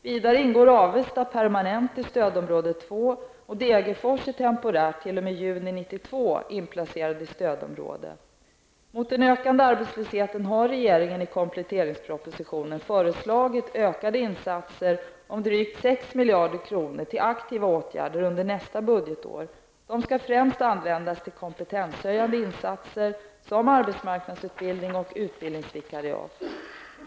Vidare ingår Avesta permanent i stödområde 2, och Degerfors är temporärt t.o.m. föreslagit ökade insatser om drygt 6 miljarder kronor till aktiva åtgärder under nästa budgetår. De skall främst användas till kompetenshöjande insatser som arbetsmarknadsutbildning och utbildningsvikariat.